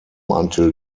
until